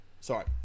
Sorry